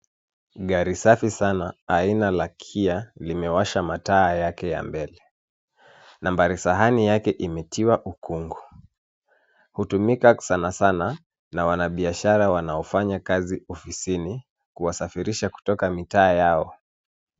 Gari safi sana, aina ya Kia limewasha mataa yake ya mbele. Nambari sahani yake imetiwa ukungu. Hutumika sanasana na wanabiashara wanaofanya kazi ofisini, kuwasafirisha kutoka mitaa yao.